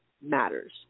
matters